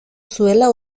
zuela